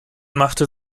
machte